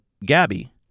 Gabby